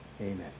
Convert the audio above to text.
Amen